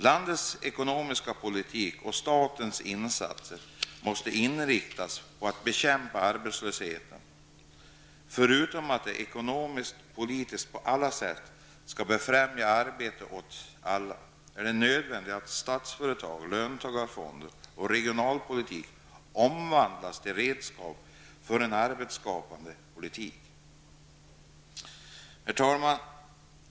Landets ekonomiska politik och statens insatser måste inriktas på att bekämpa arbetslösheten. Förutom att den ekonomiska politiken på alla sätt skall befrämja arbete åt alla är det nödvändigt att statsföretag, löntagarfonder och regionalpolitik omvandlas till redskap för en arbetsskapande politik. Herr talman!